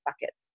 buckets